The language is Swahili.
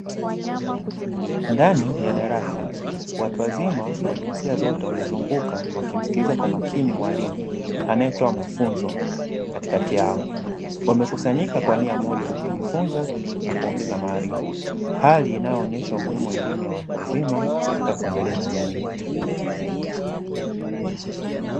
Ndani ya darasa, watu wazima wa jinsia zote wamezunguka wakimsikiliza kwa makini mwalimu anayetoa mafunzo katikati yao. Wamekusanyika kwa nia moja ya kujifunza na kuongeza maarifa, hali inayoonyesha umuhimu wa elimu ya watu wazima katika kuendeleza jamii.